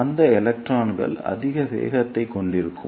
மேலும் அந்த எலக்ட்ரான்கள் அதிக வேகத்தைக் கொண்டிருக்கும்